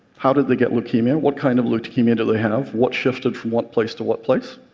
how did they get leukemia, what kind of leukemia do they have, what shifted from what place to what place.